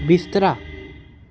बिस्तरा